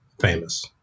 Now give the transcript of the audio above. famous